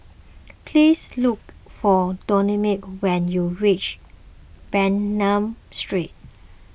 please look for Dominic when you reach Bernam Street